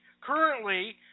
Currently